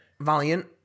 Valiant